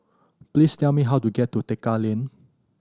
please tell me how to get to Tekka Lane